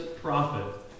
prophet